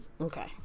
Okay